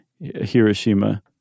Hiroshima